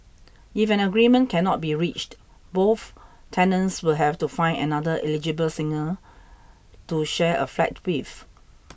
if an agreement cannot be reached both tenants will have to find another eligible single to share a flat with